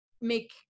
make